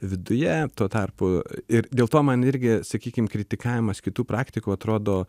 viduje tuo tarpu ir dėl to man irgi sakykim kritikavimas kitų praktikų atrodo